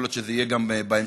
יכול להיות שזה יהיה גם בהמשך,